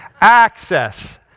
Access